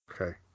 Okay